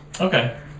Okay